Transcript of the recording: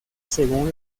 según